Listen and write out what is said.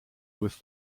with